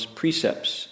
precepts